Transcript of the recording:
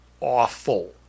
awful